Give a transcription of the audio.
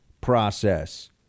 process